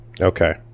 Okay